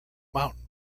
mountain